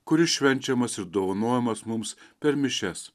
kuris švenčiamas ir dovanojamas mums per mišias